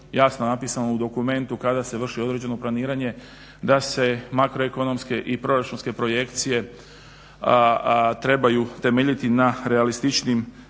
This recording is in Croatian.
jasno napisano u dokumentu kada se vrši određeno planiranje da se marko ekonomske i proračunske projekcije trebaju temeljiti na realističnijim